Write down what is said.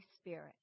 Spirit